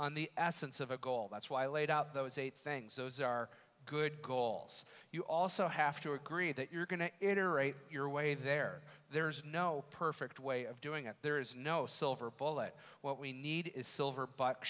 on the absence of a goal that's why laid out those eight things those are good goals you also have to agree that you're going to iterate your way there there's no perfect way of doing it there is no silver bullet what we need is silver